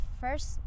first